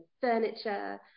furniture